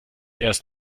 erst